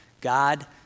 God